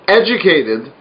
educated